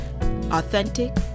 authentic